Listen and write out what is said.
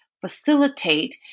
facilitate